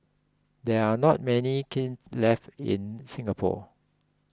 there are not many kilns left in Singapore